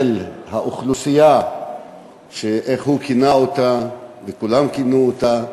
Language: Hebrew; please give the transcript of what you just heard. האוכלוסייה שהוא כינה אותה, וכולם כינו אותה,